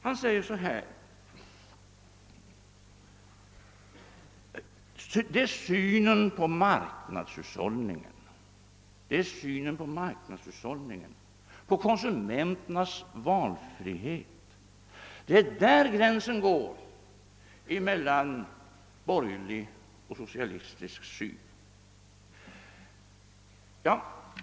Han säger att det är i fråga om synen på marknadshushållningen, på konsumenternas valfrihet, som gränsen går mellan borgerlig och socialistisk syn.